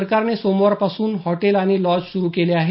सरकारने सोमवारपासून हॉटेल आणि लॉज सुरु केले आहेत